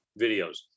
videos